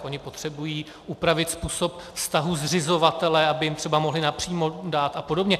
Ony potřebují upravit způsob vztahu zřizovatele, aby jim třeba mohly napřímo dát a podobně.